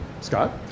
Scott